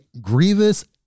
grievous